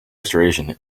restoration